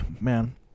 man